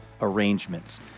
arrangements